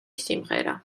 სიმღერა